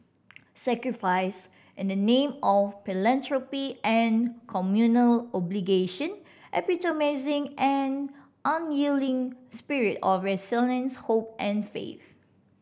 sacrifice in the name of philanthropy and communal obligation epitomising the unyielding spirit of resilience hope and faith